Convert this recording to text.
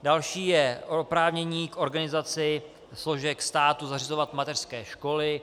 Další je oprávnění k organizaci složek státu zřizovat mateřské školy.